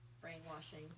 brainwashing